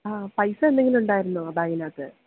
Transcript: ആ പൈസ എന്തെങ്കിലും ഉണ്ടായിരുന്നോ ആ ബാഗിനകത്ത്